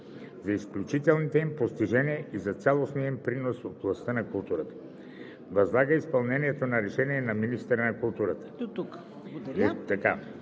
за изключителните им постижения и за цялостния им принос в областта на културата. Възлага изпълнението на решението на министъра на културата.“